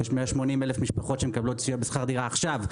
יש 180,000 משפחות שמקבלות סיוע בשכר דירה עכשיו,